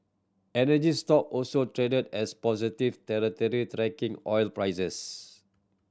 energy stock also traded as positive territory tracking oil prices